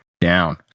down